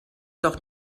doch